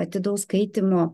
atidaus skaitymo